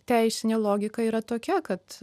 teisinė logika yra tokia kad